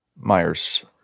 Myers